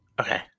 Okay